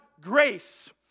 grace